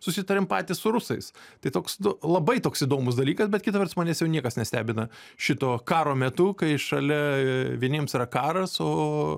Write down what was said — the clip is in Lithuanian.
susitariam patys su rusais tai toks nu labai toks įdomus dalykas bet kita vertus manęs jau niekas nestebina šito karo metu kai šalia vieniems yra karas o